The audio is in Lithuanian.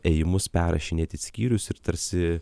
ėjimus perrašinėti į skyrius ir tarsi